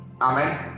Amen